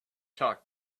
talk